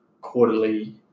quarterly